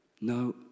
No